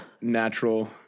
natural